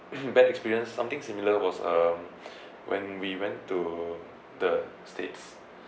if in bad experience something similar was um when we went to the states